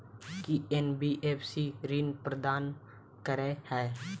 की NBFC ऋण प्रदान करे है?